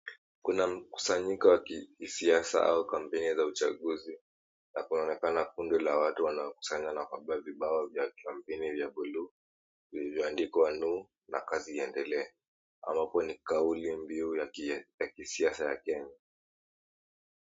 Kuna mkusanyiko wa kisiasa au kampeni za uchaguzi na kunaonekana kundi la watu wanaukusanya na kubeba vibao vya kampeni vya buluu, vilivyo andikwa 'Nur' na 'Kazi Iendelee' ambapo ni kauli mbiu ya kisiasa ya Kenya.